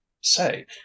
say